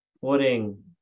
putting